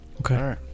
Okay